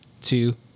two